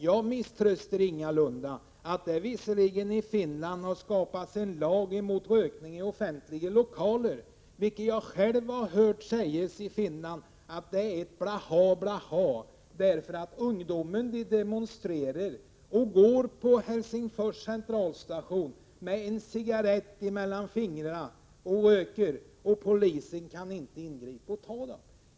Jag misströstar ingalunda. I Finland har det kommit en lag mot rökning i offentliga lokaler. Jag har själv i Finland hört sägas att det är ett blaha, blaha. Ungdomen demonstrerar och går på Helsingfors centralstation med en cigarett mellan fingrarna och röker och polisen kan inte ingripa.